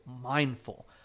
mindful